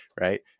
right